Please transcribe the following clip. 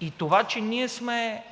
и това че ние сме,